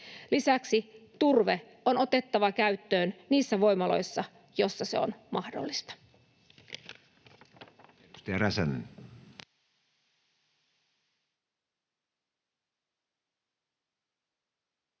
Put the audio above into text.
Lisäksi turve on otettava käyttöön niissä voimaloissa, joissa se on mahdollista.